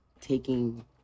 taking